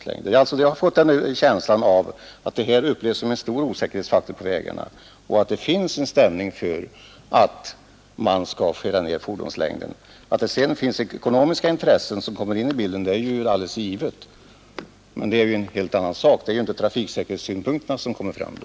Jag har en känsla av att dessa långa fordon upplevs som en stor osäkerhetsfaktor på vägarna och att det finns en stämning för att man bör skära ner fordonslängden. Att sedan också ekonomiska intressen kommer in i bilden är alldeles givet, men det är en helt annan sak — det är ju inte trafiksäkerhetssynpunkterna som kommer fram då.